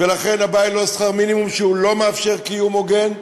ולכן הבעיה היא לא שכר מינימום שלא מאפשר קיום הוגן,